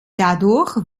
dadurch